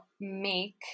make